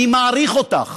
אני מעריך אותך.